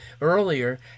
earlier